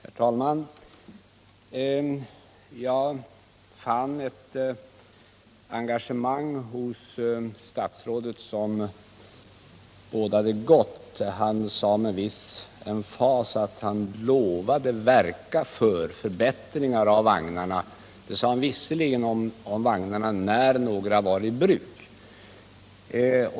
Herr talman! Jag fann ett engagemang hos statsrådet som bådade gott. Han lovade med viss emfas att verka för förbättringar av vagnarna, när några var i bruk.